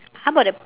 how about a